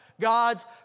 God's